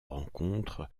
rencontre